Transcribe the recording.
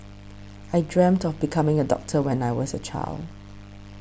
I dreamt of becoming a doctor when I was a child